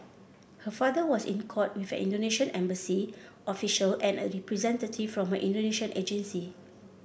her father was in court with an Indonesian embassy official and a representative from her Indonesian agency